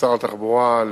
כשר התחבורה,